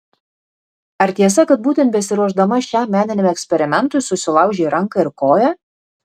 ar tiesa kad būtent besiruošdama šiam meniniam eksperimentui susilaužei ranką ir koją